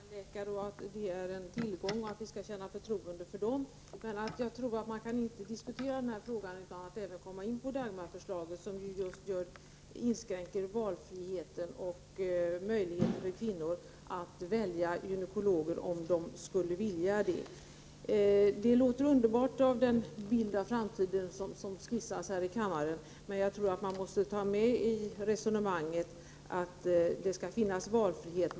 Herr talman! Även jag påpekade att det är viktigt att vi har skickliga allmänläkare, att de är en tillgång och att vi skall känna förtroende för dem. Jag tror emellertid inte att man kan diskutera den här frågan utan att komma in på Dagmarförslaget, som ju just inskränker valfriheten och möjligheterna för kvinnor att välja gynekologer, om de skulle vilja det. Den bild av framtiden som skissas här i kammaren verkar underbar, men jag tror att man måste ta med valfriheten i resonemanget.